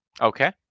Okay